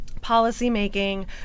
policymaking